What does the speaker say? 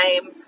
time